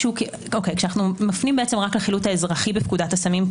כשאנו מפנים רק לחילוט האזרחי בפקודת הסמים,